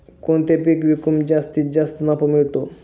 कोणते पीक विकून जास्तीत जास्त नफा मिळतो?